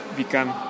become